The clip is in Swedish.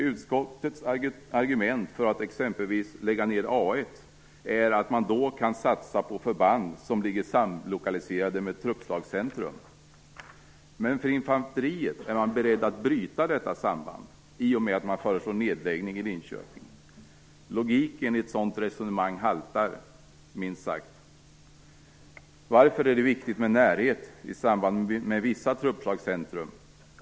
Utskottets argument för att lägga ned A 1 är att man då kan satsa på förband som ligger samlokaliserade med truppslagscentrum. Men för infanteriet är man beredd att bryta detta samband i och med att man föreslår nedläggning i Linköping. Logiken i ett sådant resonemang haltar minst sagt. Varför är det viktigt men närhet i samband med vissa truppslagscentrum?